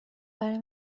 برای